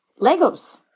Legos